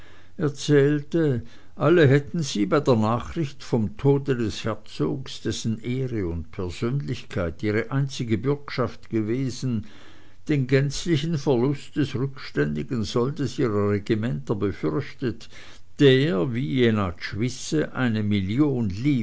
erzählte alle hätten sie bei der nachricht vom tode des herzogs dessen ehre und persönlichkeit ihre einzige bürgschaft gewesen den gänzlichen verlust des rückständigen soldes ihrer regimenter befürchtet der wie jenatsch wisse eine million